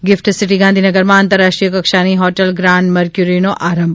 gift City ગાંધીનગરમાં આતંરરાષ્ટ્રીય કક્ષાની હોટલ ગ્રાન્ડ મકર્યુરીનો આરંભ